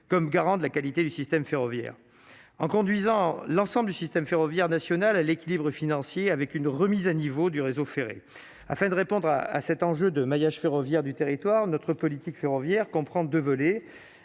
comme garant de la qualité du système ferroviaire en conduisant l'ensemble du système ferroviaire nationale à l'équilibre financier, avec une remise à niveau du réseau ferré, afin de répondre à à cet enjeu de maillage ferroviaire du territoire notre politique ferroviaire comprend 2 volets